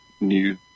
new